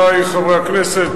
חברי חברי הכנסת,